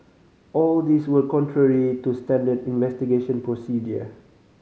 all these were contrary to standard investigation procedure